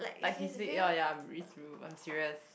like he said oh ya it's true I'm serious